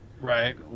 right